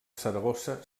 saragossa